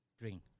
Drink